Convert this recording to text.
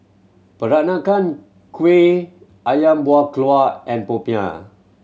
Peranakan Kueh Ayam Buah Keluak and popiah